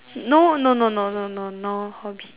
no no no no no hobby